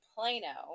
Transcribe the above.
Plano